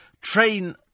train